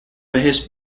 بهش